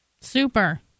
Super